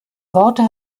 worte